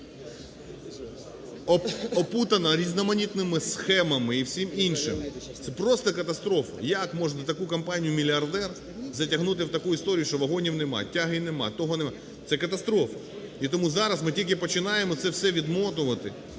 опутана різноманітними схемами і всім іншим – це просто катастрофа. Як можна таку компанію-мільярдера затягнути в таку історію, що вагонів нема, тяги нема, того нема? Це катастрофа. І тому зараз ми тільки починаємо це все відмотувати,